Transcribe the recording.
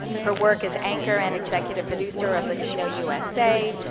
her work as anchor and executive producer of latino usa,